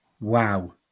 Wow